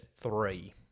three